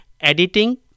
editing